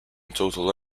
total